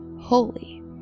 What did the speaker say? holy